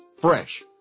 Fresh